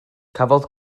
cafodd